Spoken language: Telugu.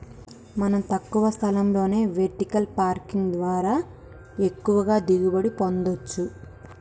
మనం తక్కువ స్థలంలోనే వెర్టికల్ పార్కింగ్ ద్వారా ఎక్కువగా దిగుబడి పొందచ్చు